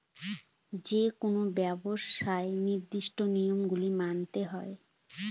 যেকোনো ব্যবসায় নির্দিষ্ট নিয়ম গুলো মানতে হয়